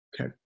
Okay